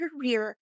career